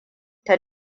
ta